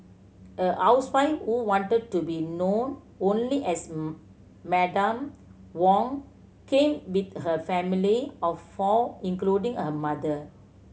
a housewife who wanted to be known only as Madam Wong came with her family of four including her mother